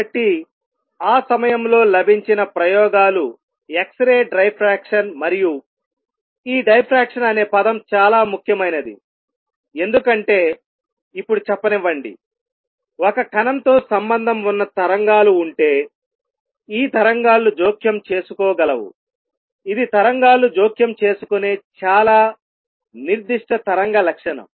కాబట్టి ఆ సమయంలో లభించిన ప్రయోగాలు ఎక్స్ రే డైఫ్రాక్షన్ మరియు ఈ డైఫ్రాక్షన్ అనే పదం చాలా ముఖ్యమైనది ఎందుకంటే ఇప్పుడు చెప్పనివ్వండిఒక కణంతో సంబంధం ఉన్న తరంగాలు ఉంటే ఈ తరంగాలు జోక్యం చేసుకోగలవు ఇది తరంగాలు జోక్యం చేసుకునే చాలా నిర్దిష్ట తరంగ లక్షణం